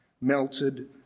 melted